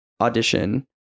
audition